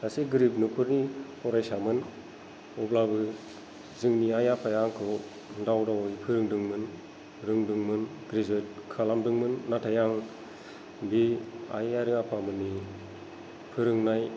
सासे गोरिब नखरनि फरायसामोन अब्लाबो जोंनि आइ आफाया आंखौ दाव दाव फोरोंदोंमोन रोंदोंमोन ग्रेजुयेट खालामदोंमोन नाथाय आं बे आइ आरो आफामोननि फोरोंनाय